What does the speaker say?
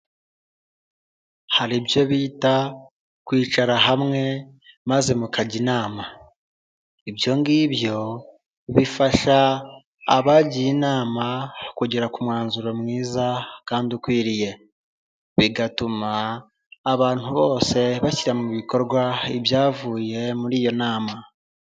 Hari ibyo bita kwicara hamwe, maze mukajya inama. Ibyongibyo bifasha abagiye inama kugera ku mwanzuro mwiza kandi ukwiriye. Bigatuma abantu bose bashyira mu bikorwa ibyavuye muri iyo nama.